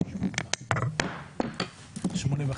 הישיבה ננעלה בשעה 14:58.